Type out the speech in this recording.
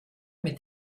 mit